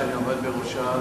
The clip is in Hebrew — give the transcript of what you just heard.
שאני עומד בראשה,